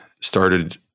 started